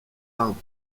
arbres